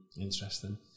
Interesting